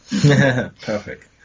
perfect